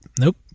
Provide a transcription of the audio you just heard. Nope